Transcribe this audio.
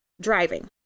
driving